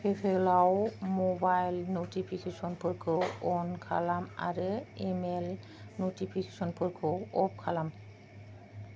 पेपलआव mobile नटिफिकेसनफोरखौ अन खालाम आरो इमेइल नटिफिकेसनफोरखौ अफ खालाम